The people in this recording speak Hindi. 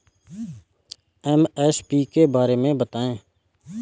एम.एस.पी के बारे में बतायें?